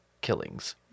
killings